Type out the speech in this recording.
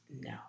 No